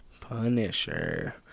Punisher